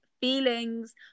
feelings